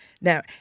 Now